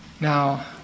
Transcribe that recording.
Now